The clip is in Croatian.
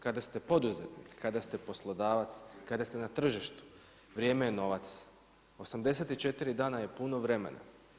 Kada ste poduzetnik, kada ste poslodavac, kada ste na tržištu, vrijeme je novac, 84 dana je puno vremena.